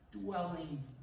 dwelling